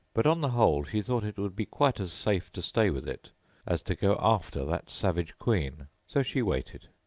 but on the whole she thought it would be quite as safe to stay with it as to go after that savage queen so she waited.